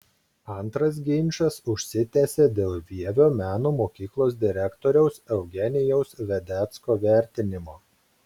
antras ginčas užsitęsė dėl vievio meno mokyklos direktoriaus eugenijaus vedecko vertinimo